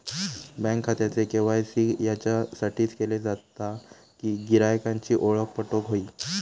bank खात्याचे KYC याच्यासाठीच केले जाता कि गिरायकांची ओळख पटोक व्हयी